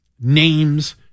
names